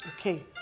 okay